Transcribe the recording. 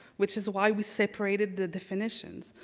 which is why we cber rated the definitions.